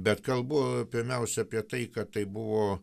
bet kalbu pirmiausia apie tai kad tai buvo